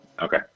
Okay